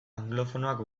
anglofonoak